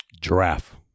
Giraffe